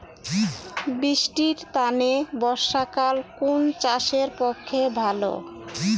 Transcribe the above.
বৃষ্টির তানে বর্ষাকাল কুন চাষের পক্ষে ভালো?